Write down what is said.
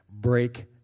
break